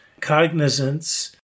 cognizance